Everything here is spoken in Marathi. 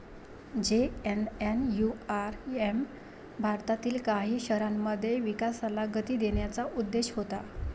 जे.एन.एन.यू.आर.एम भारतातील काही शहरांमध्ये विकासाला गती देण्याचा उद्देश होता